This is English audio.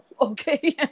okay